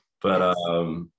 But-